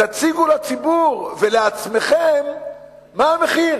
תציגו לציבור ולעצמכם מה המחיר.